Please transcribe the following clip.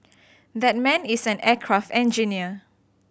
that man is an aircraft engineer